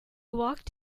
walked